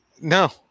No